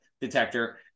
detector